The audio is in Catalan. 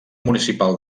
municipal